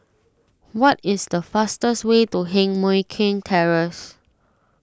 what is the fastest way to Heng Mui Keng Terrace